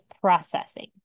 processing